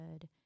good